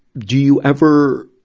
do you ever,